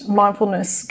mindfulness